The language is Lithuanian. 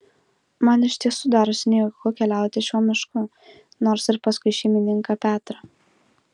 man iš tiesų darosi nejauku keliauti šiuo mišku nors ir paskui šeimininką petrą